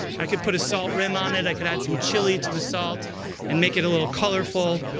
i could put a salt rim on it, i could add some chile to the salt and make it a little colorful.